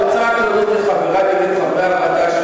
אני רוצה רק להגיד לחברי חברי הוועדה,